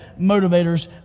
motivators